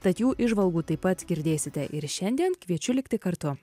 tad jų įžvalgų taip pat girdėsite ir šiandien kviečiu likti kartu